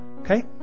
okay